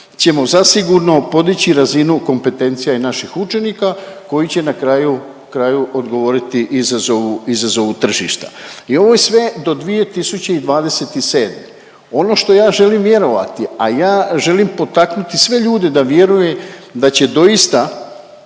ćemo zasigurno podići razinu kompetencija i naših učenika koji će na kraju, kraju odgovoriti izazovu, izazovu tržišta i ovo je sve do 2027. Ono što ja želim vjerovati, a ja želim potaknuti sve ljude da vjeruje da će doista